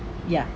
ya